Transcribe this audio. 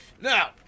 Now